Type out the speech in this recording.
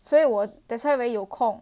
所以我 that's why very 有空